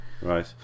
Right